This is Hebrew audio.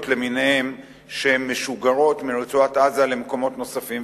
למיניהן שמשוגרות מרצועת-עזה למקומות נוספים,